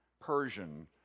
Persian